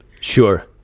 Sure